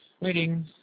waiting